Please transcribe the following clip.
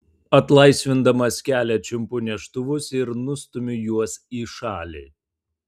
atlaisvindamas kelią čiumpu neštuvus ir nustumiu juos į šalį